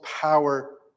power